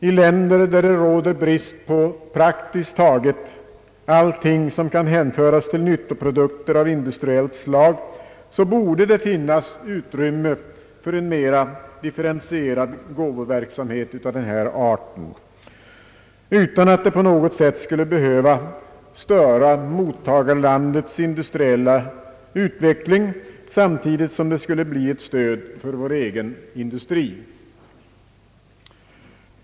I länder där det råder brist på praktiskt taget allt som kan hänföras till nyttoprodukter av industriellt slag borde det finnas utrymme för en mera differentierad gåvoverksamhet av den här arten, utan att detta på något sätt skulle behöva störa mottagarlandets industriella utveckling, samtidigt som det skulle bli ett stöd för vår egen industri.